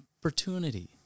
opportunity